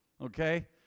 okay